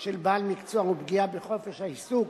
של בעל מקצוע ופגיעה בחופש העיסוק,